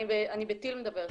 אני בטיל מדברת.